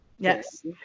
Yes